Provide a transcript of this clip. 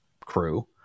crew